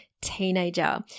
teenager